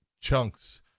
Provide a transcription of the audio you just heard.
chunks